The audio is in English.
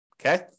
Okay